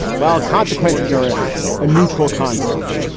while consequences are a ah neutral concept,